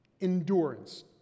Endurance